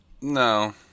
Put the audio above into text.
No